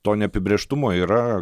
to neapibrėžtumo yra